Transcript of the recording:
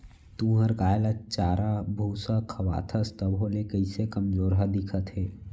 तुंहर गाय ल चारा भूसा खवाथस तभो ले कइसे कमजोरहा दिखत हे?